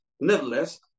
Nevertheless